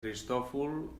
cristòfol